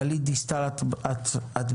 גלית דיסטל אטבריאן,